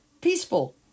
peaceful